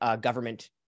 government